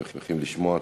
שמחים לשמוע.